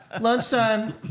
Lunchtime